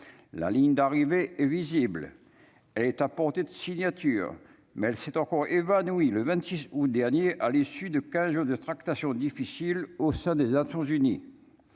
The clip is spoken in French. la ligne d'arrivée est visible, elle est à portée de signatures, mais elle s'est encore évanoui le 26 août dernier à l'issue de 15 jours de tractations difficiles au sein des actions uni